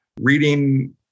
reading